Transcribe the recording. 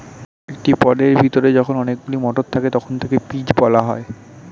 একটি পডের ভেতরে যখন অনেকগুলো মটর থাকে তখন তাকে পিজ বলা হয়